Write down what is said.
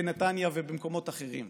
בנתניה ובמקומות אחרים.